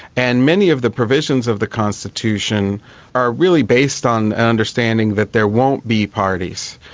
and many of the provisions of the constitution are really based on an understanding that there won't be parties.